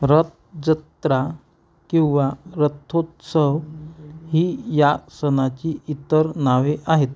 रथजत्रा किंवा रथोत्सव ही या सणाची इतर नावे आहेत